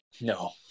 No